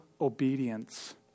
obedience